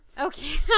Okay